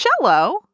Cello